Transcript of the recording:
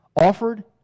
offered